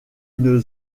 une